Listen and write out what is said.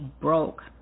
broke